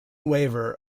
waiver